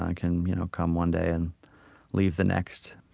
ah can you know come one day and leave the next.